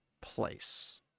place